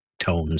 tones